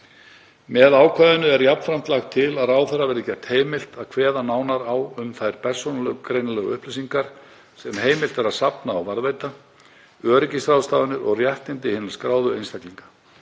Með ákvæðinu er jafnframt lagt til að ráðherra verði gert heimilt að kveða nánar á um þær persónugreinanlegu upplýsingar sem heimilt er að safna og varðveita, öryggisráðstafanir og réttindi hinna skráðu einstaklinga.